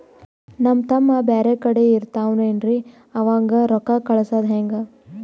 ನಮ್ ತಮ್ಮ ಬ್ಯಾರೆ ಕಡೆ ಇರತಾವೇನ್ರಿ ಅವಂಗ ರೋಕ್ಕ ಕಳಸದ ಹೆಂಗ?